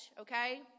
Okay